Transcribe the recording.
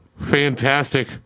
fantastic